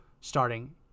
starting